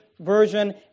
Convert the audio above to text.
Version